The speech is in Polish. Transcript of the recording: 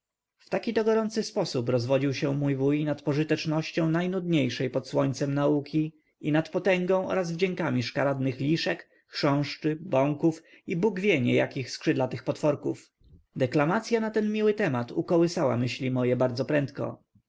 taki to gorący sposób rozwodził się mój wuj nad pożytecznością najnudniejszj pod słońcem nauki i nad potęgą oraz wdziękami szkaradnych liszek chrząszczy bąków i bóg wie nie jakich skrzydlatych potworków deklamacya na ten miły temat ukołysała myśli moje bardzo prędko